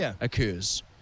occurs